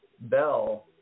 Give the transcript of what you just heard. Bell